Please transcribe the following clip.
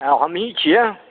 आ हमही छियै